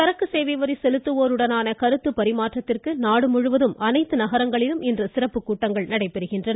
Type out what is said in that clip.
சரக்கு சேவை வரி செலுத்துவோருடனான கருத்து பரிமாற்றத்திற்கு நாடு முழுவதும் அனைத்து நகரங்களிலும் இன்று சிறப்பு கூட்டங்கள் நடைபெறுகின்றன